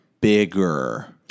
bigger